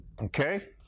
Okay